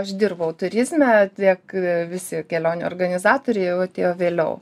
aš dirbau turizme tiek visi kelionių organizatoriai jau atėjo vėliau